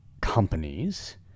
companies